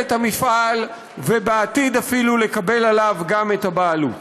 את המפעל ובעתיד אפילו לקבל עליו גם את הבעלות.